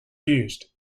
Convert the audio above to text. used